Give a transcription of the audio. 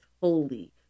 holy